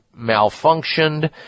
malfunctioned